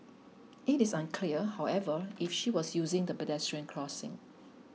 it is unclear however if she was using the pedestrian crossing